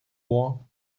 walk